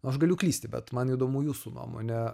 aš galiu klysti bet man įdomu jūsų nuomone